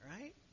Right